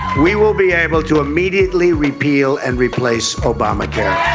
we will be able to immediately repeal and replace obamacare.